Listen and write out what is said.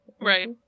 right